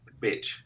bitch